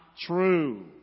true